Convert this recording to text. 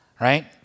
right